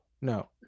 no